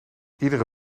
iedere